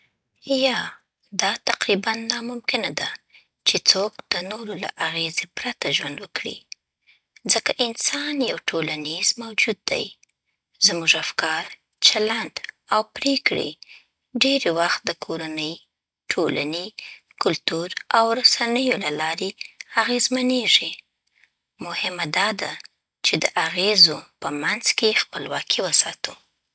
یا، دا تقریباً ناممکنه ده چې څوک د نورو له اغېزې پرته ژوند وکړي، ځکه انسان یو ټولنیز موجود دی. زموږ افکار، چلند، او پرېکړې ډېری وخت د کورنۍ، ټولنې، کلتور، او رسنیو له لارې اغېزمنېږي. مهمه دا ده چې د اغېزو په منځ کې خپلواکي وساتو.